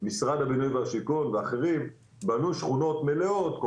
משרד הבינוי והשיכון ואחרים בנו שכונות מלאות.